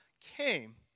came